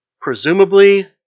Presumably